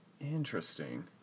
Interesting